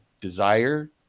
desire